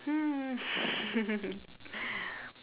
hmm